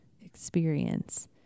experience